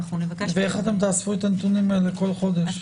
איך תאספו את הנתונים האלה כל חודש?